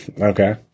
Okay